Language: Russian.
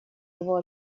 его